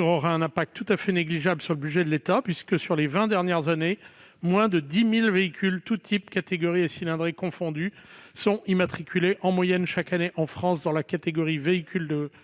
aurait un impact tout à fait négligeable sur le budget de l'État, puisque, sur les vingt dernières années, moins de 10 000 véhicules, tous types, catégories et cylindrées confondus, sont immatriculés en moyenne chaque année en France dans la catégorie des véhicules de collection,